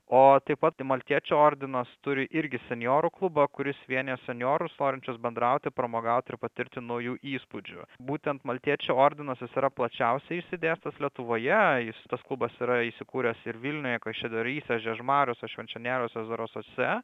o taip pat maltiečių ordinas turi irgi senjorų klubą kuris vienija senjorus norinčius bendrauti pramogauti ir patirti naujų įspūdžių būtent maltiečių ordinas jis yra plačiausiai išsidėstęs lietuvoje jis tas klubas yra įsikūręs ir vilniuje kaišiadoryse žiežmariuose švenčionėliuose zarasuose